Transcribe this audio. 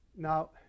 Now